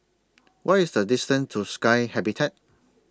What IS The distance to Sky Habitat